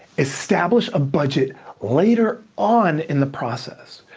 establish a budget later on in the process.